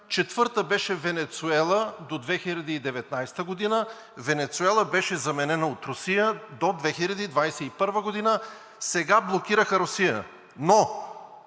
четвърта беше Венецуела до 2019 г. Венецуела беше заменена от Русия до 2021 г. Сега блокираха Русия, но